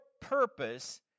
purpose